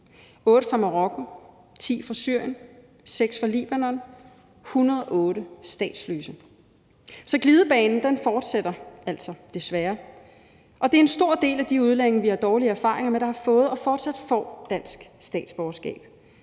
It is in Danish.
8 fra Marokko, 10 fra Syrien, 6 fra Libanon, 108 er statsløse. Så glidebanen forudsætter altså, desværre. Og det er en stor del af de udlændinge, vi har dårlige erfaringer med, der har fået og fortsat får dansk statsborgerskab.